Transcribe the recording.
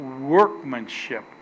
workmanship